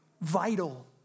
vital